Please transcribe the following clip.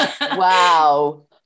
Wow